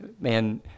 man